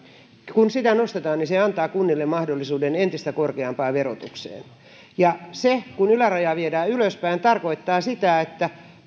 kun ylärajaa nostetaan niin se antaa kunnille mahdollisuuden entistä korkeampaan verotukseen kun ylärajaa viedään ylöspäin se tarkoittaa sitä että